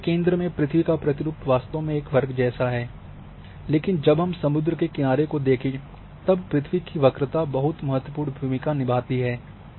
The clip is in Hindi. तो छवि के केंद्र में पृथ्वी का प्रतिरूप वास्तव में एक वर्ग के जैसा है लेकिन जब हम समुद्र के किनारे को देखें तब पृथ्वी की वक्रता बहुत महत्वपूर्ण भूमिका निभाती है